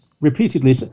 repeatedly